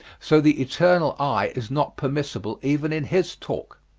so the eternal i is not permissible even in his talk.